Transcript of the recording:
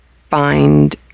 find